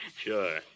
Sure